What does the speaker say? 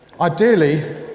Ideally